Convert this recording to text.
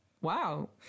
Wow